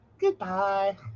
goodbye